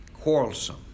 quarrelsome